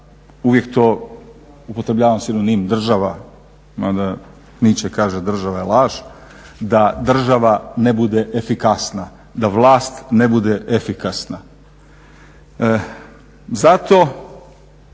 uvijek to upotrebljavam sinonim država, ma da … kaže, država je laž, da država ne bude efikasna, da vlast ne bude efikasna.